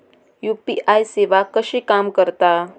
UPI सेवा कशी काम करता?